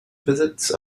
visits